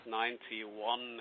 91